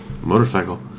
motorcycle